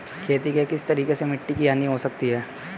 खेती के किस तरीके से मिट्टी की हानि हो सकती है?